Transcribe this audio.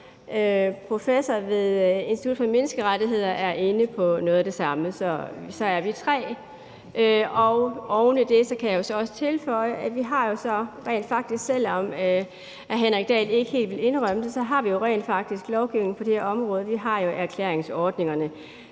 professor ved Institut for Menneskerettigheder er inde på noget af det samme – så er vi tre. Oven i det kan jeg tilføje, at vi, selv om hr. Henrik Dahl ikke helt vil indrømme det, rent faktisk har lovgivning på det her område. Vi har jo erklæringsordningerne.